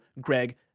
Greg